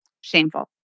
shameful